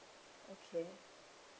okay